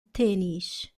tênis